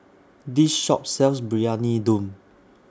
This Shop sells Briyani Dum